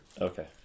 Okay